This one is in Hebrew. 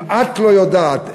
אם את לא יודעת,